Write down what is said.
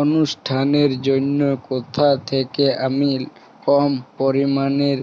অনুষ্ঠানের জন্য কোথা থেকে আমি কম পরিমাণের